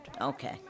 Okay